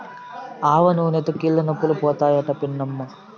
ఆవనూనెతో కీళ్లనొప్పులు పోతాయట పిన్నమ్మా